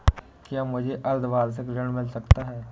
क्या मुझे अर्धवार्षिक ऋण मिल सकता है?